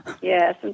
Yes